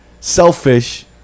selfish